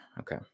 Okay